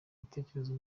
bitekerezo